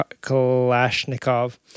Kalashnikov